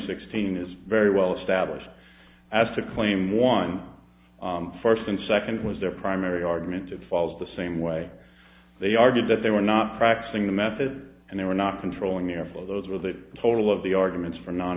sixteen is very well established as to claim one first and second was their primary argument it follows the same way they argued that they were not practicing the method and they were not controlling half of those with a total of the arguments for non